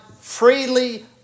freely